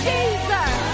Jesus